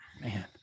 man